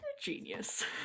genius